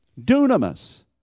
dunamis